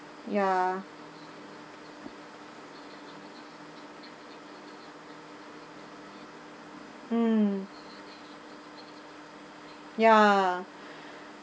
ya mm ya